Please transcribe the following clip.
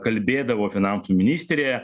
kalbėdavo finansų ministrė